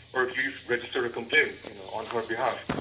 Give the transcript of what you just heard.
or at least register a complaint you know on her behalf.